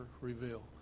reveal